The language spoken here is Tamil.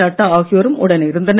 நட்டா ஆகியோரும் உடன் இருந்தனர்